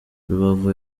rubavu